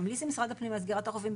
להמליץ למשרד הפנים על סגירת החופים,